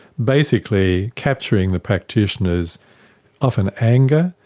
basically capturing the practitioner's often anger,